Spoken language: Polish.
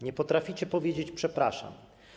Nie potraficie powiedzieć: przepraszam.